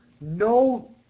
no